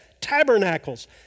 Tabernacles